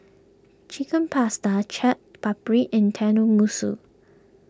Chicken Pasta Chaat Papri and Tenmusu